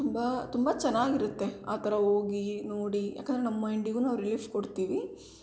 ತುಂಬ ತುಂಬ ಚೆನ್ನಾಗಿರುತ್ತೆ ಆ ಥರ ಹೋಗಿ ನೋಡಿ ಯಾಕಂದ್ರೆ ನಮ್ಮ ಮೈಂಡಿಗು ನಾವು ರಿಲೀಫ್ ಕೊಡ್ತೀವಿ